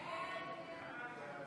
ההסתייגות